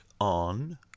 on